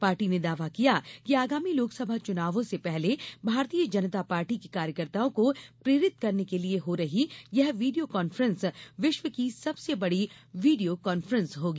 party ने दावा किया है कि आगामी लोकसभा चुनावों से पहले भारतीय जनता पार्टी के कार्यकर्ताओं को प्रेरित करने के लिए हो रही यह वीडियों कॉफ्रेंस विश्व की सबसे बड़ी वीडियों कॉफ्रेंस होगी